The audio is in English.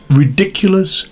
ridiculous